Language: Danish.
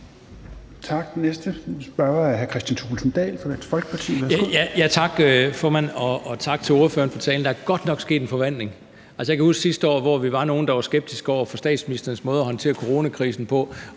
Kl. 17:24 Kristian Thulesen Dahl (DF): Tak, formand, og tak til ordføreren for talen. Der er godt nok sket en forvandling. Jeg kan huske sidste år, hvor vi var nogle, der var skeptiske over for statsministerens måde at håndtere coronakrisen på,